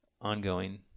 ongoing